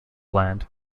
land